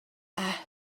اَه